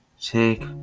take